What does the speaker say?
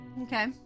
Okay